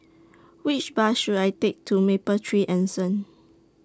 Which Bus should I Take to Mapletree Anson